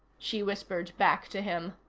she whispered back to him.